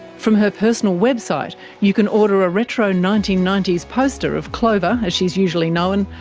from her personal website you can order a retro nineteen ninety s poster of clover, as she is usually known,